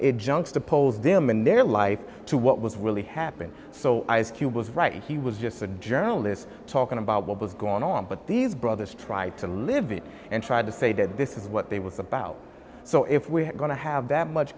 it just oppose them and their life to what was really happened so ice cube was right he was just a journalist talking about what was going on but these brothers tried to live it and try to say that this is what they was about so if we're going to have that much